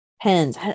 pens